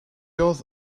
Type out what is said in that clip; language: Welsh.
oedd